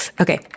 Okay